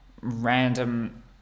random